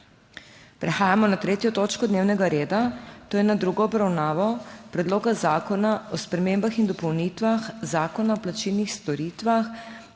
prekinjeno 3. točko dnevnega reda, to je s tretjo obravnavo Predloga zakona o spremembah in dopolnitvah Zakona o plačilnih storitvah,